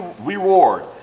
reward